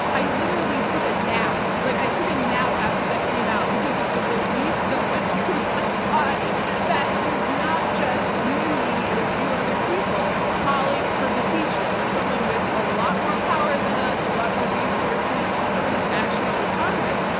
i literally took a nap. like i took a nap after that came out because of the relief that went through my body that it was not just you and me and a few other people calling for impeachment that someone with a lot more power than us and a lot more resources. it was someone who's actually in congress,